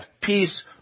peace